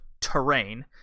terrain